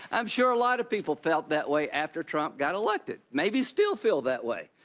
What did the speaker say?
i'm sure a lot of people felt that way after trump got elected. maybe still feel that way.